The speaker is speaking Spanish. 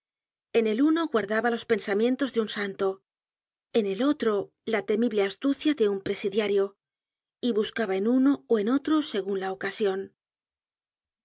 en el uno guardaba los pensamientos de un santo en el otro la temible astucia de un presidiario y buscaba en uno ó en otro segun la ocasion